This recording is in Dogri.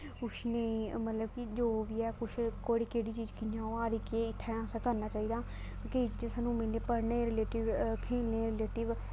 कुछ निं मतलब कि जो बी ऐ कुछ केह्ड़ी केह्ड़ी चीज कि'यां होआ दी केह् इत्थै असें करना चाहिदा केईं चीजां सानूं पढ़ने दे रिलेटिड खेलने दे रेलेटिड